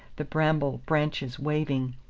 the bramble-branches waving,